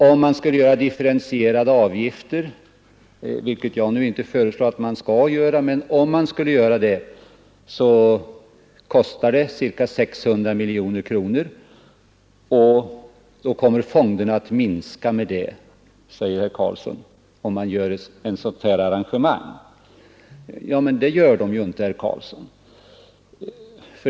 Om man skulle införa differentierade avgifter — vilket jag nu inte föreslår — kostar detta ca 600 miljoner kronor, och fonderna kommer då att minska med detta belopp, säger herr Karlsson i Ronneby. Nej, herr Karlsson, det är fel. Fonderna minskar inte.